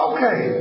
Okay